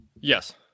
Yes